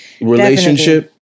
Relationship